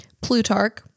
Plutarch